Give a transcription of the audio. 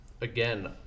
again